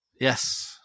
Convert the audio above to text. yes